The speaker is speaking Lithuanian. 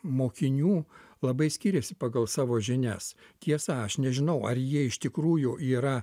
mokinių labai skiriasi pagal savo žinias tiesa aš nežinau ar jie iš tikrųjų yra